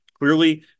clearly